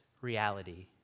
reality